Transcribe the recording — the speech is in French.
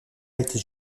étaient